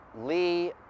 Lee